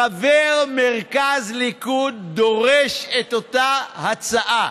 חבר מרכז ליכוד דורש את אותה הצעה,